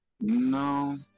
No